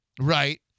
Right